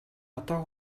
одоо